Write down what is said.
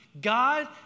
God